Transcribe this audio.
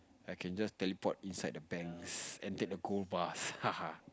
I can just teleport inside the banks and take the gold bars haha